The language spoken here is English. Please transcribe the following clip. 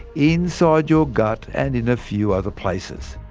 inside your gut, and in a few other places.